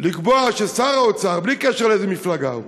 לקבוע ששר האוצר, בלי קשר באיזו מפלגה הוא,